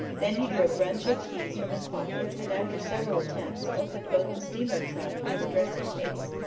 then he drew a bunch of keys from his pocket and, after several attempts, opened both the steamer trunk and the dressing-case.